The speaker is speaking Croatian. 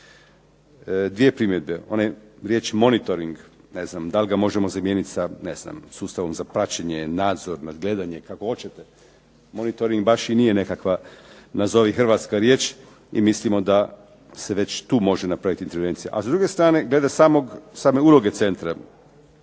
Dvije primjedbe. Ona riječ monitoring, ne znam da li ga možemo zamijeniti sa ne znam sustavom za praćenje, nadzor, nadgledanje, kako hoćete, monitoring baš i nije nekakva nazovi hrvatska riječ i mislimo da se već tu može napraviti intervencija, a s druge strane glede same uloge centra